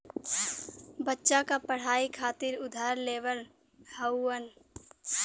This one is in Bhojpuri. बच्चा क पढ़ाई खातिर उधार लेवल हउवन